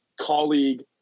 colleague